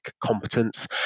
competence